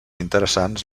interessants